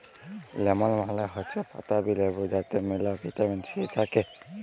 lemon মালে হৈচ্যে পাতাবি লেবু যাতে মেলা ভিটামিন সি থাক্যে